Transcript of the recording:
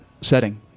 setting